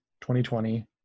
2020